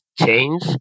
change